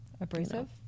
abrasive